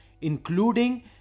including